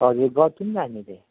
हजुर गर्छौँ त हामीले